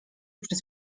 przez